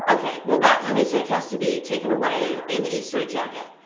ok. well, that lunatic has to be taken away in a straitjacket.